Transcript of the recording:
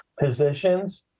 positions